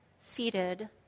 seated